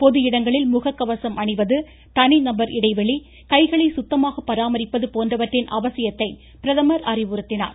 பொது இடங்களில் முக கவசம் அணிவது தனி நபர் இடைவெளி கைகளை சுத்தமாக பராமரிப்பது போன்றவற்றின் அவசியத்தை அவர் அறிவுறுத்தினார்